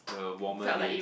the warmer day